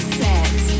set